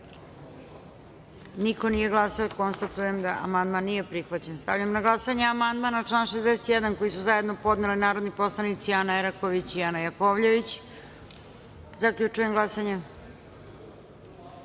niko nije glasao. Konstatujem da amandman nije prihvaćen. Stavljam na glasanje amandman na član 61. koji su zajedno podneli narodni poslanici Ana Eraković i Ana Jakovljević. Zaključujem glasanje: